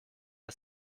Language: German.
der